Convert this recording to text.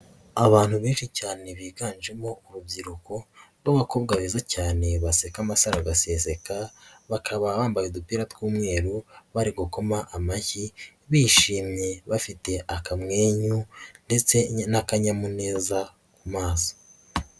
Abantu benshi cyane biganjemo urubyiruko rw'abakobwa beza cyane baseka amasaro agaseseka, bakaba bambaye udupira tw'umweru bari gukoma amashyi, bishimye bafite akamwenyu ndetse n'akanyamuneza ku maso.